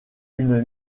une